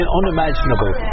unimaginable